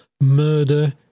murder